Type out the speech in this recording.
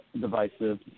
divisive